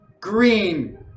Green